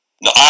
No